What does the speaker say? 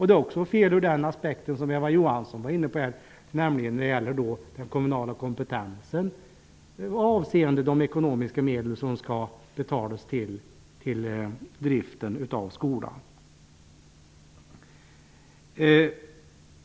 Det är också fel ur den aspekt som Eva Johansson var inne på, nämligen den kommunala kompetensen, avseende de ekonomiska medel som skall betalas till driften av skolor.